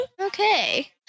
okay